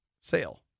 sale